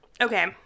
Okay